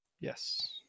yes